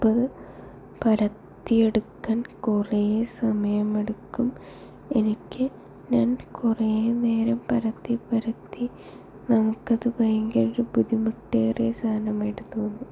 പ്പ് പരത്തിയെടുക്കാൻ കുറെ സമയമെടുക്കും എനിക്ക് ഞാൻ കുറെ നേരം പരത്തി പരത്തി നമുക്കത് ഭയങ്കര ഒരു ബുദ്ധിമുട്ടേറിയ സാധനം ആയിട്ട് തോന്നി